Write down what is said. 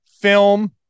film